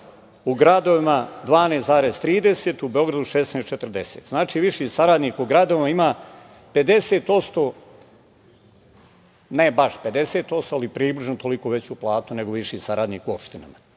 u gradovima 12,30 u Beogradu 16,40. Znači viši saradnik u gradovima 50% ,ne baš 50% ali približno toliko veću platu nego viši saradnik u opštinama,